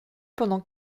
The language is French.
pendant